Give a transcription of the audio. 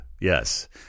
Yes